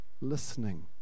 listening